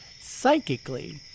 psychically